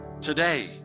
Today